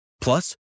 Plus